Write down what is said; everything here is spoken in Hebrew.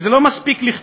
כי זה לא מספיק לכתוב.